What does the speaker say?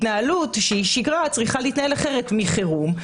התנהלות שגרתית צריכה להתנהל אחרת מחירום,